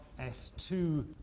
S2